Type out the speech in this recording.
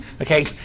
okay